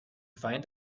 find